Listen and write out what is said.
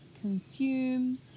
consume